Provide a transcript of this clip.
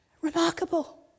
Remarkable